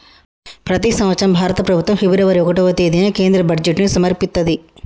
ప్రతి సంవత్సరం భారత ప్రభుత్వం ఫిబ్రవరి ఒకటవ తేదీన కేంద్ర బడ్జెట్ను సమర్పిత్తది